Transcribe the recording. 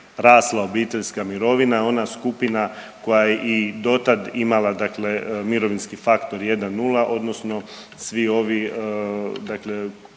obiteljska mirovina ona skupina koja je i do tad imala, dakle mirovinski faktor 1,0 odnosno svi ovi,